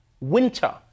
winter